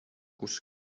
kus